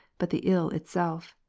but the ill itself.